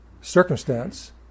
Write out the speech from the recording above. circumstance